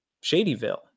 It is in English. Shadyville